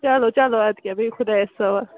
چَلو چَلو اَدٕ کیٛاہ بِہِو خۄدایس حَوال